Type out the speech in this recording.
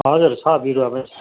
हजुर छ बिरुवा पनि